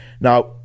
Now